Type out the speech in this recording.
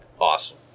awesome